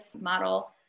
model